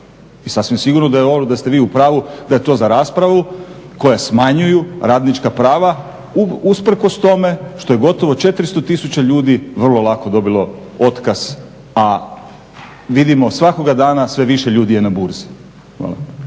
i sasvim sigurno da je dobro da ste vi u pravu da je to za raspravu koja smanjuju radnička prava usprkos tome što je gotovo 400 tisuća ljudi vrlo lako dobilo otkaz, a vidimo svakoga dana sve više ljudi je na burzi?